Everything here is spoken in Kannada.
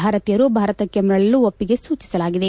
ಭಾರತೀಯರು ಭಾರತಕ್ಕೆ ಮರಳಲು ಒಪ್ಪಿಗೆ ಸೂಚಿಸಲಾಗಿದೆ